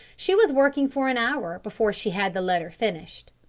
she was working for an hour before she had the letter finished.